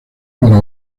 para